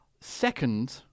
second